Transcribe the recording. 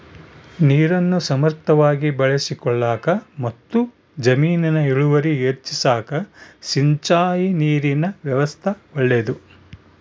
ನೀರನ್ನು ಸಮರ್ಥವಾಗಿ ಬಳಸಿಕೊಳ್ಳಾಕಮತ್ತು ಜಮೀನಿನ ಇಳುವರಿ ಹೆಚ್ಚಿಸಾಕ ಸಿಂಚಾಯಿ ನೀರಿನ ವ್ಯವಸ್ಥಾ ಒಳ್ಳೇದು